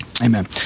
Amen